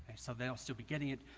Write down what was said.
so they'll still be getting it,